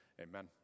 Amen